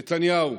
נתניהו,